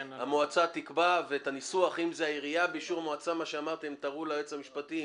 המועצה תקבע ואת הניסוח תראו ליועץ המשפטי.